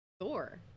thor